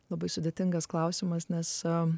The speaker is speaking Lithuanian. labai sudėtingas klausimas nes sau